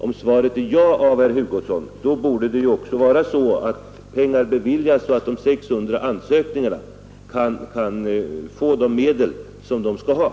Om herr Hugossons svar är ja, borde pengar också beviljas till de medel som de 600 ansökningarna gäller.